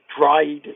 dried